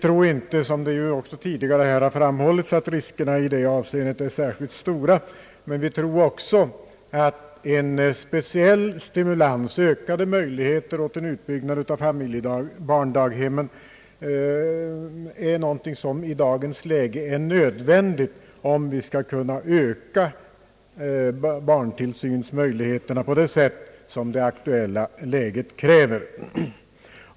Till skillnad mot vad som tidigare har framhållits tror vi inte att riskerna i det avseendet är särskilt stora. Däremot är, enligt vår mening, en speciell stimulans i form av mer omfattande möjligheter till utbyggnad av familjedaghemmen någonting nödvändigt i dagens läge för att öka barntillsynsmöjligheterna på det sätt, som läget för närvarande kräver.